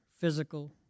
physical